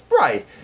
right